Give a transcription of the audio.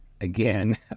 again